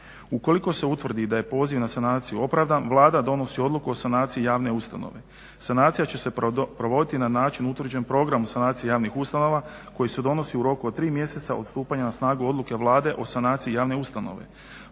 Ukoliko se utvrdi da je poziv na sanaciju opravdan, Vlada donosi odluku o sanaciji javne ustanove. Sanacija će se provoditi na način utvrđen programom sanacije javnih ustanova koji se donosi u roku od 3 mjeseca od stupanja na snagu odluke Vlade o sanaciji javne ustanove.